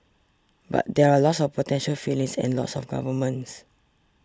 but there are lots of potential feelings and lots of governments